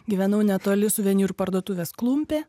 gyvenau netoli suvenyrų parduotuvės klumpė